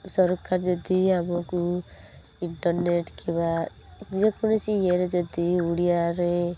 ସରକାର ଯଦି ଆମକୁ ଇଣ୍ଟରନେଟ୍ କିମ୍ବା ଯେକୌଣସି ଇଏରେ ଯଦି ଓଡ଼ିଆରେ